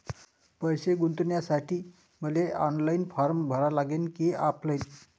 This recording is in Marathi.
पैसे गुंतन्यासाठी मले ऑनलाईन फारम भरा लागन की ऑफलाईन?